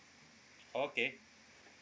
okay